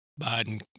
Biden